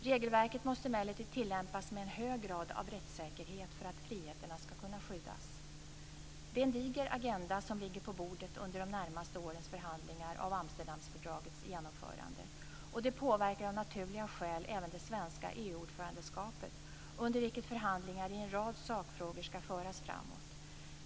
Regelverket måste emellertid tillämpas med en hög grad av rättssäkerhet för att friheterna ska kunna skyddas. Det är en diger agenda som ligger på bordet under de närmaste årens förhandlingar om Amsterdamfördragets genomförande. Detta påverkar av naturliga skäl även det svenska EU-ordförandeskapet, under vilket förhandlingar i en rad sakfrågor ska föras framåt.